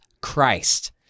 Christ